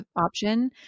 option